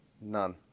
none